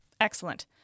Excellent